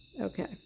okay